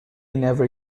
never